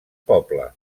poble